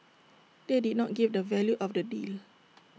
they did not give the value of the deal